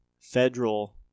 federal